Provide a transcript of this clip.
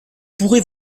pourrais